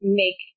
make